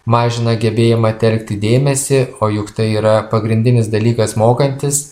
mažina gebėjimą telkti dėmesį o juk tai yra pagrindinis dalykas mokantis